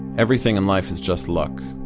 everything in life is just luck.